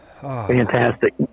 Fantastic